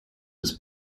des